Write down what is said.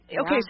Okay